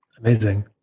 Amazing